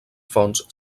fonts